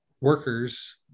workers